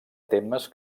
temes